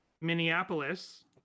Minneapolis